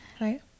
Right